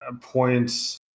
points